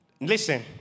Listen